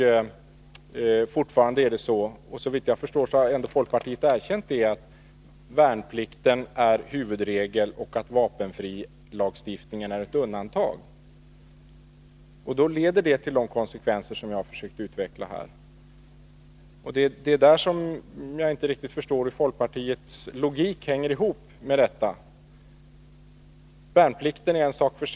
Fortfarande är det så — och såvitt jag förstår har folkpartiet erkänt det — att värnplikten är huvudregeln och vapenfrilagstiftningen är ett undantag. Detta leder till de konsekvenser som jag har försökt att utveckla här. Det är på den här punkten som jag inte förstår hur folkpartiets logik hänger ihop. Värnplikten är en sak för sig.